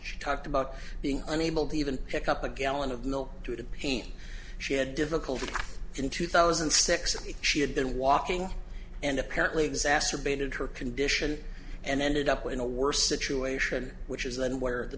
she talked about being unable to even pick up a gallon of milk due to pain she had difficulty in two thousand and six she had been walking and apparently exacerbated her condition and ended up in a worse situation which is then where the